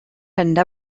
never